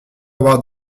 avoir